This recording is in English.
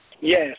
Yes